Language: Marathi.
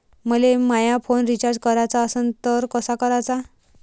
मले माया फोन रिचार्ज कराचा असन तर कसा कराचा?